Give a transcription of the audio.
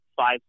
five